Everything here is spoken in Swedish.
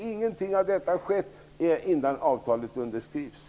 Ingenting av detta har dock skett innan avtalet underskrivs.